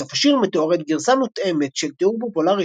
בסוף השיר מתוארת גרסה מותאמת של תיאור פופולרי